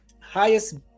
highest